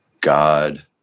god